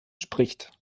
spricht